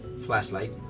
flashlight